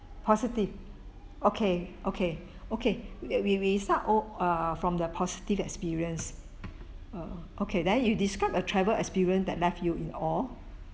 positive okay okay okay we we we start o~ err from the positive experience err okay then you describe a travel experience that left you in awe